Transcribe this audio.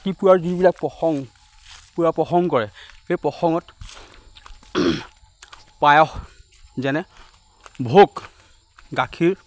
ৰাতিপুৱাৰ যিবিলাক প্ৰসংগ পুৱা প্ৰসংগ কৰে সেই প্ৰসঙত পায়স যেনে ভোগ গাখীৰ